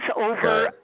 over-